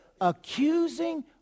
Accusing